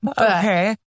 Okay